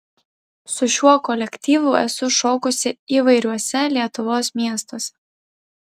su šiuo kolektyvu esu šokusi įvairiuose lietuvos miestuose